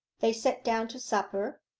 they sat down to supper,